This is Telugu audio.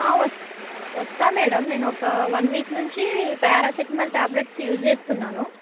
వస్తాను మేడమ్ నేను ఒక వన్ వీక్ నుంచి పారాసిటమల్ ట్యాబ్లెట్స్ యూజ్ చేస్తున్నాను